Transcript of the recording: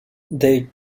they